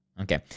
Okay